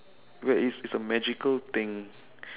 wait is is a magical thing